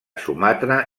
sumatra